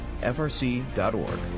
frc.org